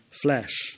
flesh